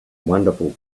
wonderful